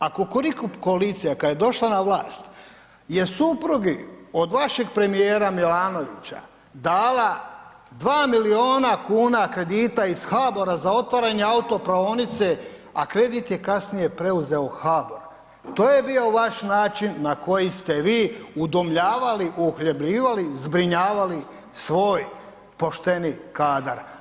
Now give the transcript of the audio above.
A kukuriku koalicija kada je došla na vlast je supruzi od vašeg premijera Milanovića dala 2 milijuna kuna kredita iz HBOR-a za otvaranje autopraonice a kredit je kasnije preuzeo HBOR, to je bio vaš način na koji ste vi udomljavali, uhljebljivali, zbrinjavali svoj pošteni kadar.